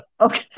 Okay